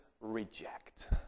reject